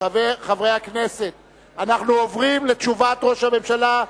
חברי הכנסת, אנחנו עוברים לתשובת ראש הממשלה.